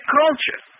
culture